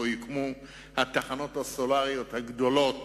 שיוקמו בו התחנות הסולריות הגדולות